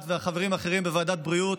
את וחברים אחרים בוועדת הבריאות.